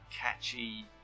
catchy